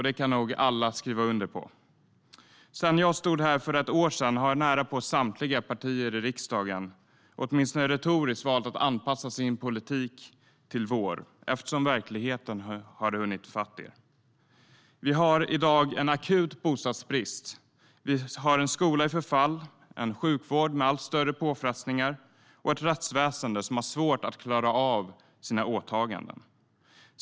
Det kan nog alla skriva under på. Sedan jag stod här för ett år sedan har närapå samtliga partier i riksdagen åtminstone retoriskt valt att anpassa sin politik till vår eftersom verkligheten har hunnit ifatt er. Vi har i dag en akut bostadsbrist, vi har en skola i förfall, en sjukvård med allt större påfrestningar och ett rättsväsen som ha svårt att klara av sina åtaganden.